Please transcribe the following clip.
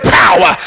power